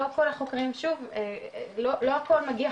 לא כל החוקרים שוב לא הכול מגיע,